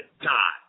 die